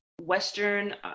Western